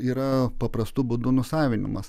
yra paprastu būdu nusavinimas